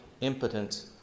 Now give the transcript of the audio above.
impotent